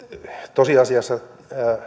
tosiasiassa